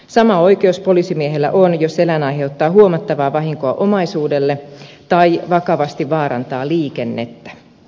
sama oikeus poliisimiehellä on jos eläin aiheuttaa huomattavaa vahinkoa omaisuudelle tai vakavasti vaarantaa liikennettä